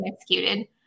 executed